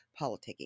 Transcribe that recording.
politicking